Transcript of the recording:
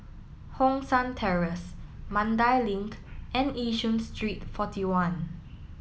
Hong San Terrace Mandai Link and Yishun Street forty one